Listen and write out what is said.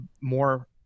more